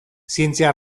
zientzia